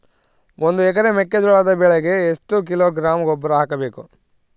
ಒಂದು ಎಕರೆ ಮೆಕ್ಕೆಜೋಳದ ಬೆಳೆಗೆ ಎಷ್ಟು ಕಿಲೋಗ್ರಾಂ ಗೊಬ್ಬರ ಹಾಕಬೇಕು?